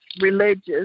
religious